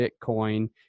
Bitcoin